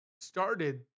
started